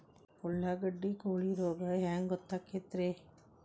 ಉಳ್ಳಾಗಡ್ಡಿ ಕೋಳಿ ರೋಗ ಹ್ಯಾಂಗ್ ಗೊತ್ತಕ್ಕೆತ್ರೇ?